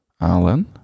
Alan